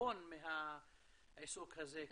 הון מהעיסוק הזה.